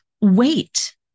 wait